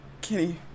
Kenny